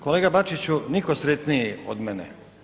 Kolega Bačiću, nitko sretniji od mene.